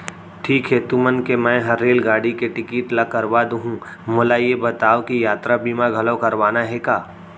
ठीक हे तुमन के मैं हर रेलगाड़ी के टिकिट ल करवा दुहूँ, मोला ये बतावा के यातरा बीमा घलौ करवाना हे का?